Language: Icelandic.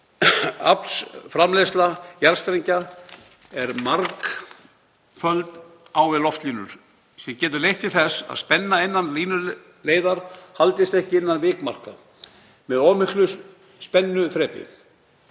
launaflsframleiðsla jarðstrengja er margföld á við loftlínur, sem getur leitt til þess að spenna innan línuleiðar haldist ekki innan vikmarka, með of miklu spennuþrepi.